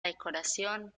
decoración